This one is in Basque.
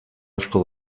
asko